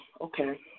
okay